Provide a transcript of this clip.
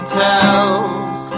tells